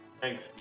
Thanks